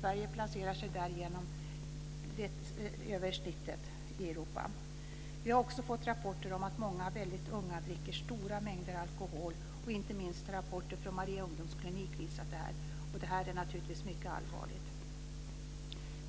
Sverige placerar sig därigenom över snittet i Europa. Vi har också fått rapporter om att många väldigt unga dricker stora mängder alkohol. Inte minst har rapporter från Maria Ungdomsklinik visat detta, och det är naturligtvis mycket allvarligt.